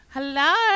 Hello